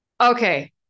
okay